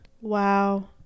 Wow